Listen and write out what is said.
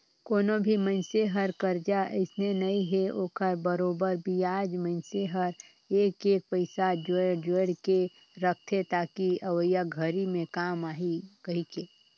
कोनो भी मइनसे हर करजा अइसने नइ हे ओखर बरोबर बियाज मइनसे हर एक एक पइसा जोयड़ जोयड़ के रखथे ताकि अवइया घरी मे काम आही कहीके